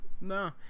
No